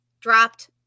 dropped